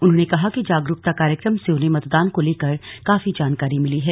उन्होंने कहा कि जागरूकता कार्यक्रम से उन्हें मतदान को लेकर काफी जानकारी मिली है